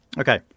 Okay